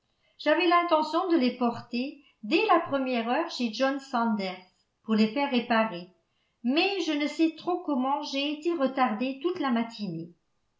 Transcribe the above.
j'avais l'intention de les porter dès la première heure chez john sanders pour les faire réparer mais je ne sais trop comment j'ai été retardée toute la matinée